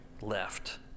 left